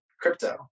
crypto